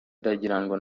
ndagirango